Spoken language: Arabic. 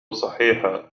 صحيحًا